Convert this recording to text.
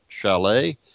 chalet